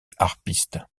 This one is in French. harpiste